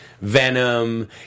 Venom